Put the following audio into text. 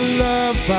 love